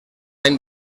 any